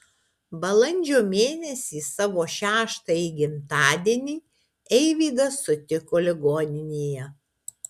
balandžio mėnesį savo šeštąjį gimtadienį eivydas sutiko ligoninėje